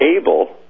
able